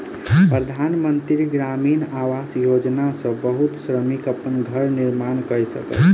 प्रधान मंत्री ग्रामीण आवास योजना सॅ बहुत श्रमिक अपन घर निर्माण कय सकल